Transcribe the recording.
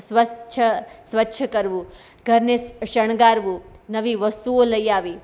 સ્વચ્છ સ્વચ્છ કરવું ઘરને શણગારવું નવી વસ્તુઓ લઈ આવવી